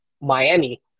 Miami